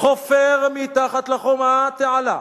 חופר מתחת לחומה תעלה.